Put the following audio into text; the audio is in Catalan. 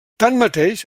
tanmateix